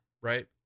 Right